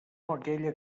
aquella